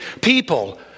people